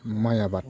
माइ आबाद